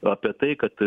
apie tai kad